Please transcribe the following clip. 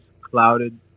clouded